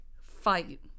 fight